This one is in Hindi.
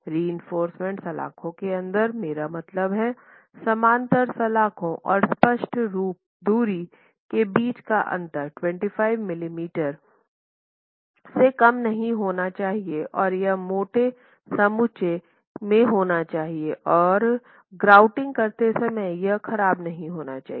रिइंफोर्समेन्ट सलाख़ों के अंतर मेरा मतलब है समानांतर सलाख़ों और स्पष्ट दूरी के बीच का अंतर 25 मिलीमीटर से कम नहीं होना चाहिए और यह मोटे समुच्चय में होना चाहिए और ग्राउटिंग करते समय यह ख़राब नहीं होना चाहिए